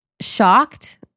shocked